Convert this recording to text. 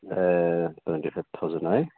ए twenty five thousand है